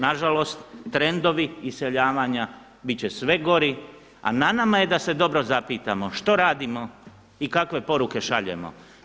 Nažalost, trendovi iseljavanja biti će sve gori a na nama je dobro zapitamo što radimo i kakve poruke šaljemo.